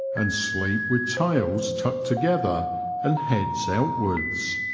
and sleep with tails tucked together and heads outwards.